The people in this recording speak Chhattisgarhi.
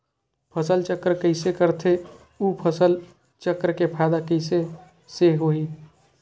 फसल चक्र कइसे करथे उ फसल चक्र के फ़ायदा कइसे से होही?